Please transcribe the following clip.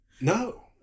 No